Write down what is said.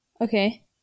Okay